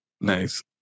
Nice